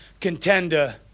contender